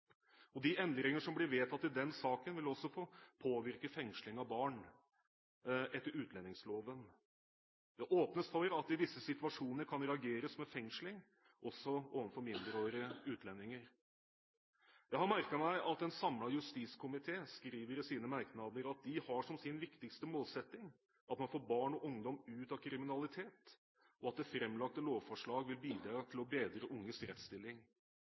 De endringer som blir vedtatt i den saken, vil også påvirke fengsling av barn etter utlendingsloven. Det åpnes for at det i visse situasjoner kan reageres med fengsling også overfor mindreårige utlendinger. Jeg har merket meg at en samlet justiskomité skriver i sine merknader at de «har som sin viktigste målsetting at man får barn og ungdom ut av kriminalitet», og at «det fremlagte lovforslag vil bidra til å bedre unges rettsstilling».